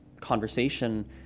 conversation